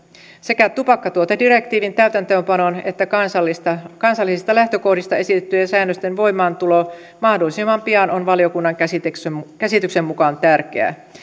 sekä tupakkatuotedirektiivin täytäntöönpanon että kansallisista lähtökohdista esitettyjen säännösten voimaantulo mahdollisimman pian on valiokunnan käsityksen käsityksen mukaan tärkeää